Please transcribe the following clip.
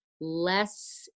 less